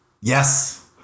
Yes